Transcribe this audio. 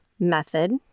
method